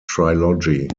trilogy